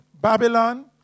Babylon